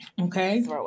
okay